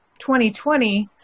2020